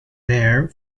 there